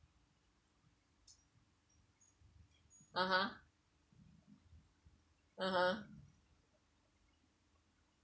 (uh huh) (uh huh)